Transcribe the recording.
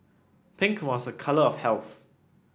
pink was a colour of health